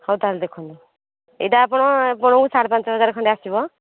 ହଉ ତା'ହେଲେ ଦେଖନ୍ତୁ ଏଇଟା ଆପଣ ଆପଣଙ୍କୁ ସାଢେ ପାଞ୍ଚ ହଜାର ଖଣ୍ଡେ ଆସିବ